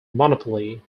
monopoly